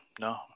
no